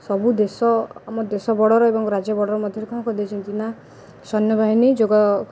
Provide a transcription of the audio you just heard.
ସବୁ ଦେଶ ଆମ ଦେଶ ବର୍ଡ଼ର୍ ଏବଂ ରାଜ୍ୟ ବର୍ଡ଼ର୍ ମଧ୍ୟରେ କ'ଣ କରିଦେଇଛନ୍ତି ନା ସୈନ୍ୟବାହିନୀ ଯୋଗ